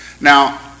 Now